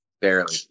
barely